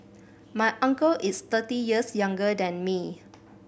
my uncle is thirty years younger than me